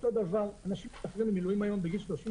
אותו דבר אנשים משתחררים ממילואים היום בגיל 36,